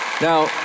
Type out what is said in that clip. Now